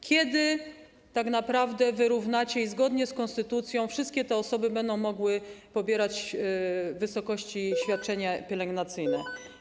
Kiedy tak naprawdę to wyrównacie i zgodnie z konstytucją wszystkie te osoby będą mogły pobierać świadczenie pielęgnacyjne?